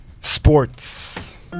sports